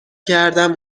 کردم